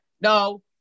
No